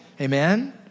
Amen